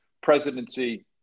presidency